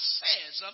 says